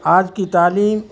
آج کی تعلیم